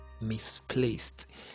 misplaced